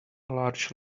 large